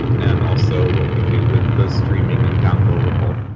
and also what we do with the streaming and downloadable.